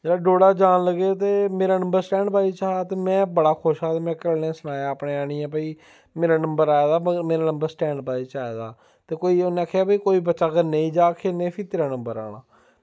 जिसलै डोडा जान लगे ते मेरा नंबर स्टैंड बाईज़ च हा ते में बड़ा खुश हा ते में घरा आह्लें सनाया अपने आह्नियै भाई मेरा नंबर आए दा मगर मेरा नंबर स्टैंड बाईज़ च आए दा ते उ'नें आखेआ भाई कोई बच्चा अगर नेईं जाह्ग खेढने फ्ही तेरा नंबर औना